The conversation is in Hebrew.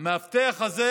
המאבטח הזה